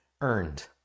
earned